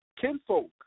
kinfolk